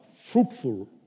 fruitful